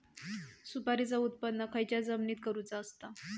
सुपारीचा उत्त्पन खयच्या जमिनीत करूचा असता?